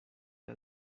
via